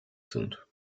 sind